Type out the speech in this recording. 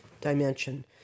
dimension